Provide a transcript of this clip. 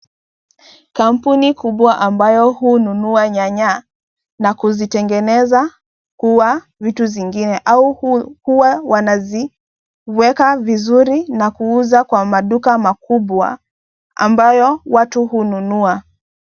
Kampuni kubwa ambayo hununua nyanya na kuzitengeneza kuwa vitu zingine au huwa wanaziweka vizuri na kuuza kwa maduka makubwa ambayo watu hununua.